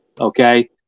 okay